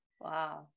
Wow